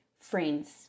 Friends